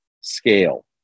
scale